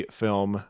film